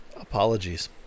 Apologies